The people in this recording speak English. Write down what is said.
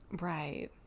right